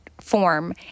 form